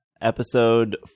episode